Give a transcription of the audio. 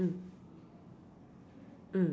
mm mm